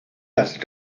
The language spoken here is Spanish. las